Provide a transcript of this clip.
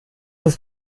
ist